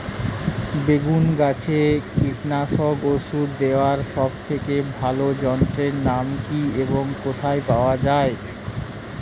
বেগুন গাছে কীটনাশক ওষুধ দেওয়ার সব থেকে ভালো যন্ত্রের নাম কি এবং কোথায় পাওয়া যায়?